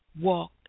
walk